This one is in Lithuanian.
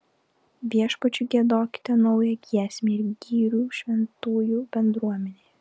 viešpačiui giedokite naują giesmę ir gyrių šventųjų bendruomenėje